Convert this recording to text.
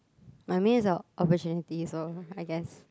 but I miss the opportunity so I guess